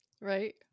right